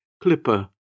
Clipper